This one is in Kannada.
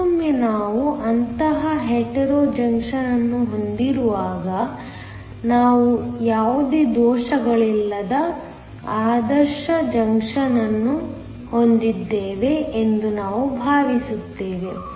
ಮತ್ತೊಮ್ಮೆ ನಾವು ಅಂತಹ ಹೆಟೆರೊ ಜಂಕ್ಷನ್ ಅನ್ನು ಹೊಂದಿರುವಾಗ ನಾವು ಯಾವುದೇ ದೋಷಗಳಿಲ್ಲದ ಆದರ್ಶ ಜಂಕ್ಷನ್ ಅನ್ನು ಹೊಂದಿದ್ದೇವೆ ಎಂದು ನಾವು ಭಾವಿಸುತ್ತೇವೆ